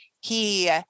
he-